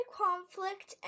conflict